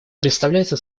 представляется